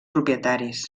propietaris